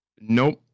Nope